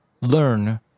learn